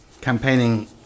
campaigning